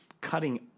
cutting